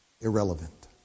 irrelevant